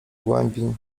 głębi